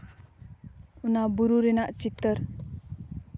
ᱚᱱᱟ ᱵᱩᱨᱩ ᱨᱮᱱᱟᱜ ᱪᱤᱛᱟᱹᱨ